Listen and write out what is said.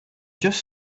just